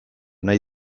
nahi